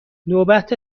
نوبت